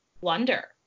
wonder